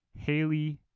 Haley